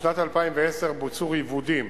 בשנת 2010 בוצעו ריבודים